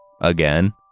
Again